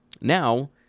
Now